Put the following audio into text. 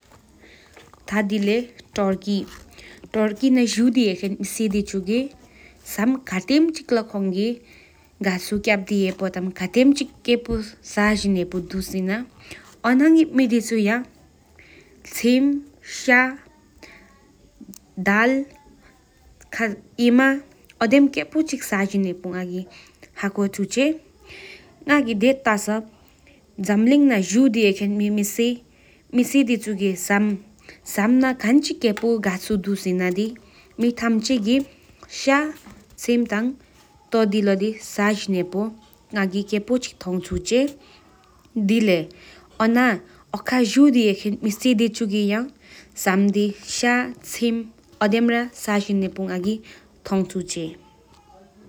ཐ་དེལེད་སྟུར་ན་ཇུས་ཏ་དེ་ཧེཁེན་མེ་དེ་འགྱུར་ཀི་ཟམས་ས་ཐ་གི་སྐོར་ལེས་ལ་བསྒུལ་སྐྱེན་འཚོལ་ཚུལ་ཡ་དེའི་གདལ་ཁཆའ་ཐོ་ཐུ་པ་ཨ་དེམ་ཟམས་ཀེ་ཕོ་ཅི་གཙོ་གཆོས་ཧེང་པོ་ཐ་ས་བྱིན་ཧེང་པོ་ང་གི་ཧ་ཁོ་འཇུག་འཇེ། ང་གི་དེ་ས་སྒྱོང་ཀྱི་དེ་ན་ཇུ་དེ་ཧེཁེན་མེ་ཀེ་ཕོ་ཅི་གི་ཟམས་ན་ཐོ་ཧྱིམ་ཤྱའ་ཨ་དེམ་ཀེ་ཕོ་ཅི་བྱིན་ཧེང་པོ་ང་གི་ཧ་ཁོ་བོ་ཨིན། དེལེར་དེ་སྟུརཀི་ན་ཇུས་ཏ་དེ་ཧེཁེན་མེ་དེ་འགྱུར་དེ་ཡ་ཟམས་ཟས་བི་ན་གི་ཐོང་འཇུག།